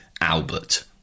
Albert